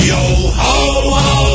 Yo-ho-ho